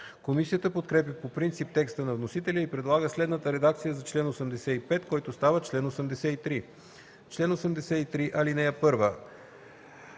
Комисията подкрепя по принцип текста на вносителя и предлага следната редакция за чл. 85, който става чл. 83: „Чл. 83. (1) Актовете за